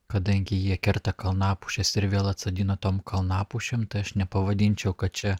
kadangi jie kerta kalnapušės ir vėl atsodino tom kalnapušėm tai aš nepavadinčiau kad čia